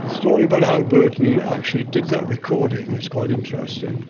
the story about how burton actually did that recording is quite interesting